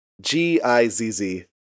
G-I-Z-Z